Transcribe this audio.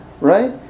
right